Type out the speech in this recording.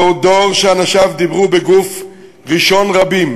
זהו דור שאנשיו דיברו בגוף ראשון רבים,